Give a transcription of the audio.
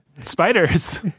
Spiders